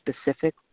specific